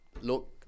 look